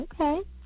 Okay